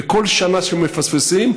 וכל שנה שמפספסים,